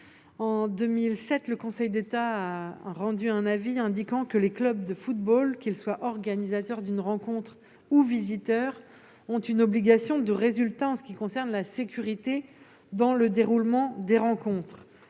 En 2007, le Conseil d'État a rendu un avis indiquant que les clubs de football, qu'ils soient organisateurs d'une rencontre ou visiteurs, ont une obligation de résultat en ce qui concerne la sécurité lors du déroulement des rencontres.